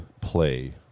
play